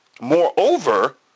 moreover